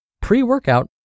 pre-workout